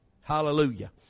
Hallelujah